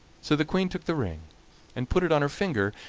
so the queen took the ring and put it on her finger,